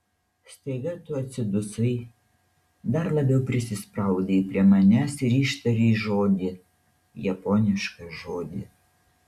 staiga tu atsidusai dar labiau prisispaudei prie manęs ir ištarei žodį japonišką žodį